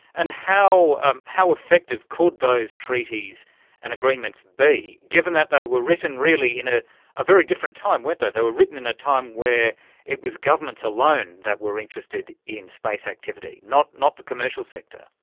and how um how effective could those treaties and agreements be, given that they were written really in ah a very different time, weren't they, they were written in a time where it was governments alone that were interested in space activity, not not the commercial sector.